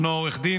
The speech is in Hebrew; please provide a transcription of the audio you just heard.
ישנו עורך דין,